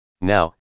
Now